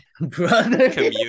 Brother